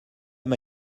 m’a